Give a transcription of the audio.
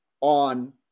on